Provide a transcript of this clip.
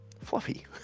fluffy